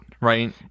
right